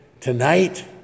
tonight